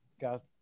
got